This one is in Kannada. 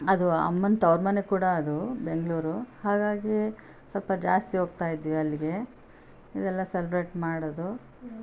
ಅದು ಅಮ್ಮನ ತವರು ಮನೆ ಕೂಡ ಅದು ಬೆಂಗಳೂರು ಹಾಗಾಗಿ ಸ್ವಲ್ಪ ಜಾಸ್ತಿ ಹೋಗ್ತಾ ಇದ್ವಿ ಅಲ್ಲಿಗೆ ಇದೆಲ್ಲ ಸೆಲೆಬ್ರೇಟ್ ಮಾಡೋದು